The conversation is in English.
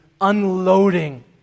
unloading